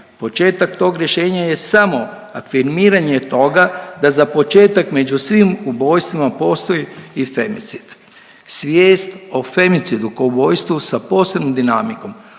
Početak tog rješenja je samo afirmiranje toga da za početak, među svim ubojstvima postoji i femicid, svijest o femicidu kao ubojstvu sa posebnom dinamikom